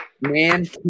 Man